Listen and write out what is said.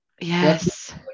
Yes